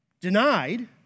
denied